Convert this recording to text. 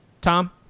Tom